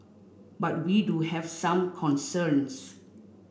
but we do have some concerns